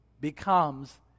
becomes